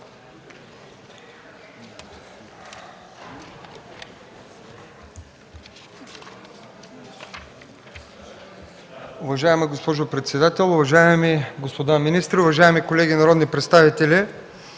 Уважаема госпожо председател, уважаеми господин министър, уважаеми колеги народни представители!